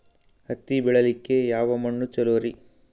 ಹತ್ತಿ ಬೆಳಿಲಿಕ್ಕೆ ಯಾವ ಮಣ್ಣು ಚಲೋರಿ?